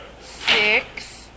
six